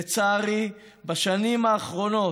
לצערי, בשנים האחרונות,